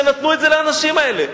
ונתנו את זה לאנשים האלה.